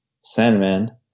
Sandman